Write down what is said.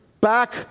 back